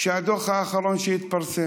והדוח האחרון שהתפרסם